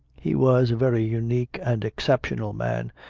he was a very unique and exceptional man,